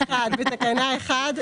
בתקנה 1,